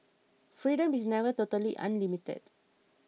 freedom is never totally unlimited